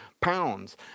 pounds